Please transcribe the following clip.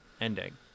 ending